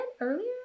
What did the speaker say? earlier